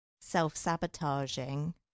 self-sabotaging